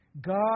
God